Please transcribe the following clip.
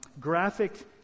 graphic